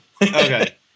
Okay